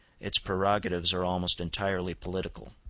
its prerogatives are almost entirely political.